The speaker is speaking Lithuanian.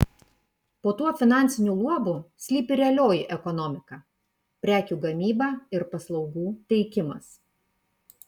po tuo finansiniu luobu slypi realioji ekonomika prekių gamyba ir paslaugų teikimas